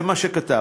זה מה שכתבת,